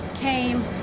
came